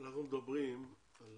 אנחנו מדברים על